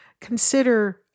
Consider